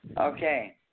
Okay